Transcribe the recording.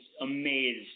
amazed